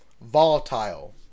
volatile